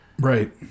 Right